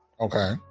okay